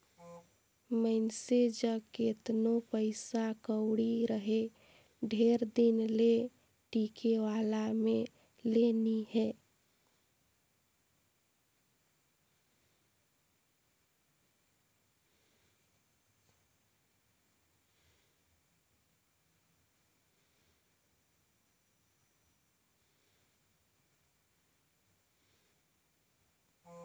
मइनसे जग केतनो पइसा कउड़ी रहें ढेर दिन ले टिके वाला में ले नी हे